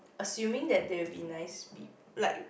assuming that they'll be nice people like